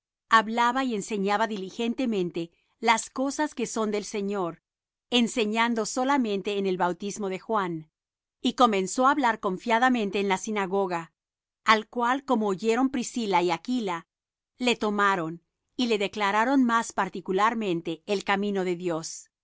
hablaba y enseñaba diligentemente las cosas que son del señor enseñando solamente en el bautismo de juan y comenzó á hablar confiadamente en la sinagoga al cual como oyeron priscila y aquila le tomaron y le declararon más particularmente el camino de dios